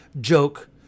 joke